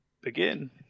Begin